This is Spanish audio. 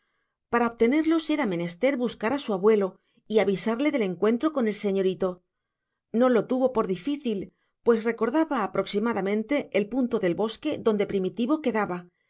para obtenerlos era menester buscar a su abuelo y avisarle del encuentro con el señorito no lo tuvo por difícil pues recordaba aproximadamente el punto del bosque donde primitivo quedaba